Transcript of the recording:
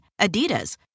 Adidas